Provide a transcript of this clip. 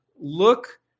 look